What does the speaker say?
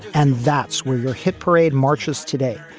and that's where your hit parade marches today.